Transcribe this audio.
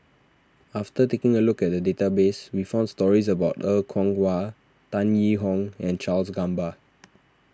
after taking a look at the database we found stories about Er Kwong Wah Tan Yee Hong and Charles Gamba